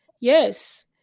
Yes